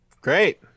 Great